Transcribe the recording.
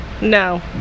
No